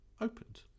opened